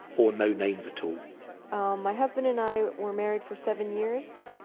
or no names at all my husband and i were married for seven years.